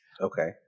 Okay